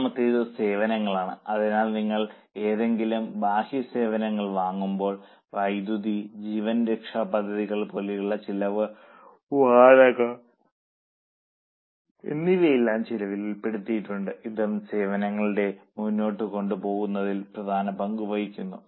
മൂന്നാമത്തേത് സേവനങ്ങളാണ് അതിനാൽ ഞങ്ങൾ ഏതെങ്കിലും ബാഹ്യ സേവനങ്ങൾ വാങ്ങുമ്പോൾ വൈദ്യുതി ജീവൻ രക്ഷ പദ്ധതികൾ പോലെയുള്ള ചെലവ് വാടക എന്നിവയെല്ലാം ചെലവിൽ ഉൾപ്പെടുത്തിയിട്ടുണ്ട് ഇതും സേവനങ്ങളെ മുന്നോട്ടുകൊണ്ടു പോകുന്നതിൽ പ്രധാന പങ്കുവഹിക്കുന്നു